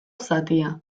zatia